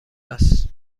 است